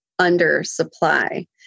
undersupply